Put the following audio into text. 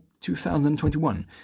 2021